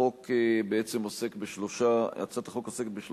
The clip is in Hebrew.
הצעת החוק עוסקת בשלושה תיקונים.